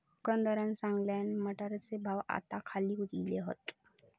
दुकानदारान सांगल्यान, मटारचे भाव आता खाली इले हात